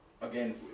again